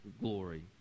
glory